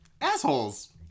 Assholes